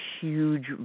huge